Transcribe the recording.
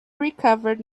recovered